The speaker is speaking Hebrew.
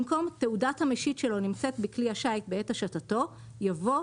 במקום "תעודת המשיט שלו נמצאת בכלי השיט בעת השטתו" יבוא: